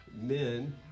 men